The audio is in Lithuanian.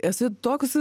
esi toks